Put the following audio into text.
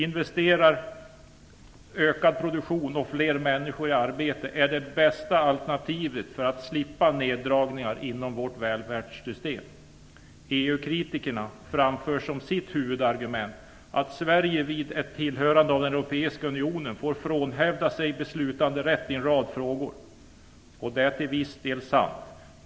Investeringar, ökad produktion och fler människor i arbete är det bästa alternativet för att slippa neddragningar inom vårt välfärdssystem. EU-kritikerna framför som sitt huvudargument att Sverige vid ett tillhörande av den europeiska unionen får frånhävda sig beslutanderätt i en rad frågor. Det är till viss del sant.